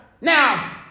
Now